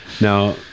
Now